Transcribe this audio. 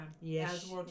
Yes